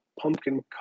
pumpkin